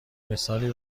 مثالی